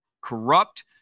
corrupt